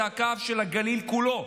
הוא הקו של הגליל כולו,